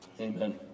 Amen